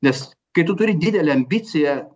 nes kai tu turi didelę ambiciją